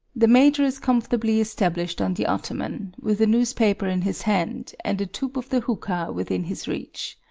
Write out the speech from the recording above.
the major is comfortably established on the ottoman, with a newspaper in his hand and the tube of the hookah within his reach.